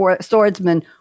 swordsman